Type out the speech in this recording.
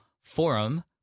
Forum